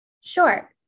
Sure